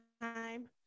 time